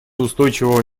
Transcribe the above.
устойчивого